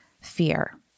fear